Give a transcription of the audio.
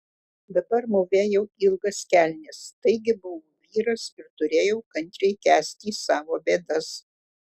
dabar mūvėjau ilgas kelnes taigi buvau vyras ir turėjau kantriai kęsti savo bėdas